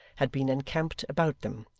had been encamped about them,